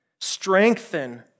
strengthen